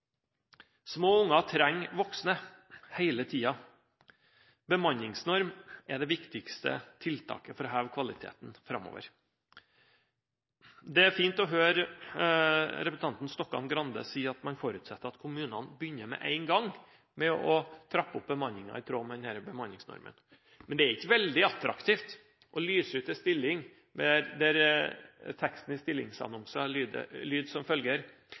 Små unger trenger voksne – hele tiden. Bemanningsnorm er det viktigste tiltaket for å heve kvaliteten framover. Det er fint å høre representanten Stokkan-Grande si at man forutsetter at kommunen begynner med en gang å trappe opp bemanningen i tråd med denne bemanningsnormen. Men det er ikke veldig attraktivt å lyse ut en stilling der teksten i stillingsannonsen lyder som følger: «Tiltredelse 2020». «Snart» er